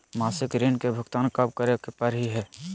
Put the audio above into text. मासिक ऋण के भुगतान कब करै परही हे?